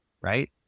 right